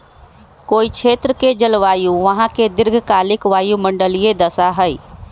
कोई क्षेत्र के जलवायु वहां के दीर्घकालिक वायुमंडलीय दशा हई